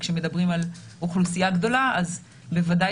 כשמדברים על אוכלוסייה גדולה אז בוודאי